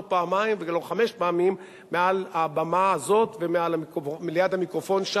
לא פעמיים ולא חמש פעמים מעל הבמה הזאת וליד המיקרופון,